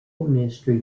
ministry